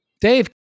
Dave